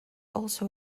also